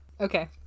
Okay